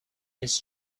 has